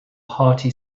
hearty